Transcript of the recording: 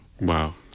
Wow